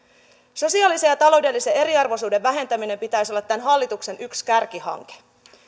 sosiaalisen ja taloudellisen eriarvoisuuden vähentämisen pitäisi olla tämän hallituksen yksi kärkihankkeista